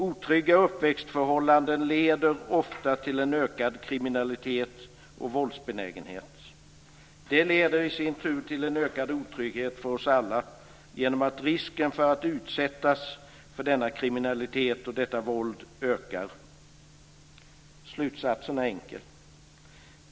Otrygga uppväxtförhållanden leder ofta till en ökad kriminalitet och våldsbenägenhet. Det leder i sin tur till en ökad otrygghet för oss alla genom att risken för att utsättas för denna kriminalitet och detta våld ökar. Slutsatsen är enkel.